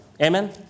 Amen